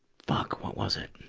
fuck, what was it?